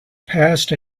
past